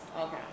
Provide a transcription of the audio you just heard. okay